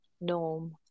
norm